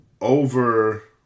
over